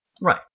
Right